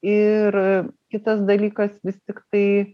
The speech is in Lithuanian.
ir kitas dalykas vis tiktai